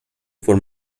for